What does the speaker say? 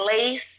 lace